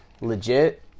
legit